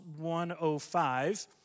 105